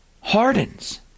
hardens